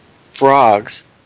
Frogs